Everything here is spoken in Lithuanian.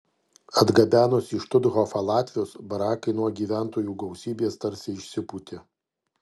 atgabenus į štuthofą latvius barakai nuo gyventojų gausybės tarsi išsipūtė